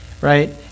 right